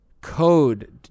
code